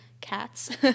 cats